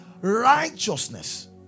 righteousness